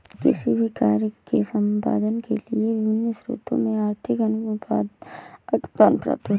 किसी भी कार्य के संपादन के लिए विभिन्न स्रोतों से आर्थिक अनुदान प्राप्त होते हैं